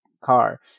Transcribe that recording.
car